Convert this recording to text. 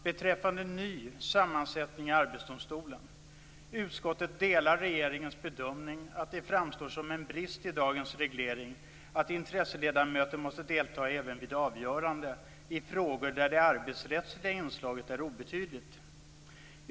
Beträffande ny sammansättning i Arbetsdomstolen delar utskottet regeringens bedömning att det framstår som en brist i dagens reglering att intresseledamöter måste delta även vid avgörande i frågor där det arbetsrättsliga inslaget är obetydligt.